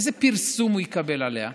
איזה פרסום הוא יקבל עליה,